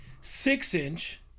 six-inch